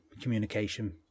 communication